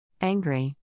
Angry